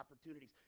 opportunities